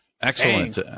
Excellent